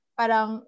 parang